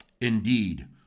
Indeed